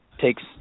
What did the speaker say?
Takes